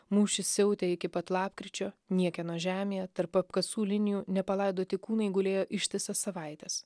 mūšis siautė iki pat lapkričio niekieno žemėje tarp apkasų linijų nepalaidoti kūnai gulėjo ištisas savaites